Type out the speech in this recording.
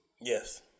Yes